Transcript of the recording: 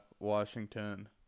Washington